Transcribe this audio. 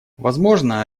возможно